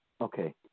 Okay